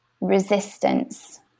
resistance